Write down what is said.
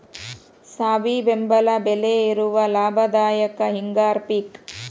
ಸಾವಿ ಬೆಂಬಲ ಬೆಲೆ ಇರುವ ಲಾಭದಾಯಕ ಹಿಂಗಾರಿ ಪಿಕ್